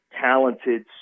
talented